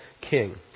king